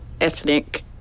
ethnic